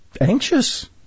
anxious